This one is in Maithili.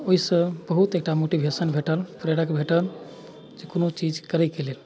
ओहिसँ बहुत एकटा मोटिवेसन भेटल प्रेरक भेटल जे कओनो चीज करैके लेल